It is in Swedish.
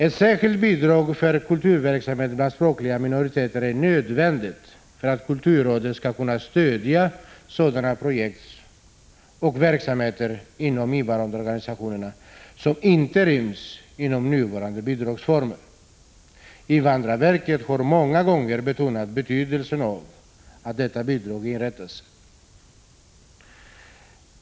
Ett särskilt bidrag för kulturverksamhet bland språkliga minoriteter är nödvändigt för att kulturrådet skall kunna stödja sådana projekt och verksamheter inom invandrarorganisationerna som inte ryms inom nuvarande bidragsformer. Invandrarverket har många gånger betonat betydelsen av att detta bidrag inrättas.